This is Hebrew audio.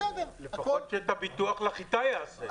לפחות שאת הביטוח לחיטה יעשה.